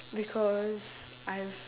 because I've